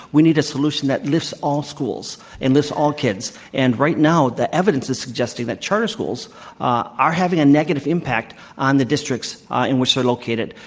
we need a solution that lifts all schools and lifts all kids. and right now, the evidence is suggesting that charter schools are having a negative impact on the districts ah in which they're located.